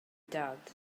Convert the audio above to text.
dad